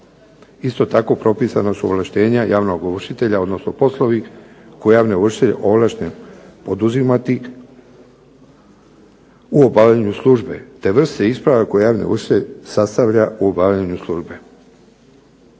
Isto tako propisana su ovlaštenja javnog ovršitelja odnosno poslovi koji javni ovršitelj ovlašten poduzimati u obavljanju službe te vrstu isprave koju javni ovršitelj sastavlja u obavljanju službe.